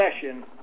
session